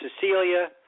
Cecilia